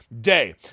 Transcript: day